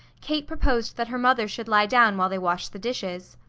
kate proposed that her mother should lie down while they washed the dishes.